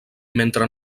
mentre